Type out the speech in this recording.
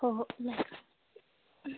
ꯍꯣꯏ ꯍꯣꯏ ꯌꯥꯏ